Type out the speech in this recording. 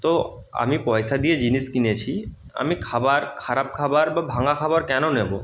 তো আমি পয়সা দিয়ে জিনিস কিনেছি আমি খাবার খারাপ খাবার বা ভাঙা খাবার কেন নেব